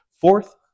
fourth